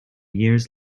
years